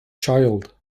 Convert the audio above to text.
child